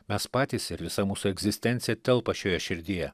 mes patys ir visa mūsų egzistencija telpa šioje širdyje